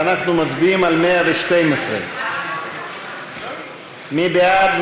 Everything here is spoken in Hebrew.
אנחנו מצביעים על 112. מי בעד?